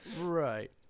Right